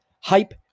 Hype